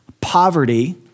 poverty